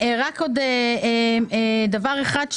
רק עוד דבר אחד,